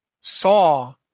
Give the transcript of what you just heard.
saw